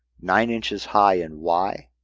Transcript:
nine inches high and y.